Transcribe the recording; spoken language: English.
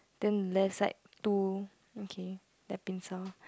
then left side two okay their pincer